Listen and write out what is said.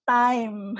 time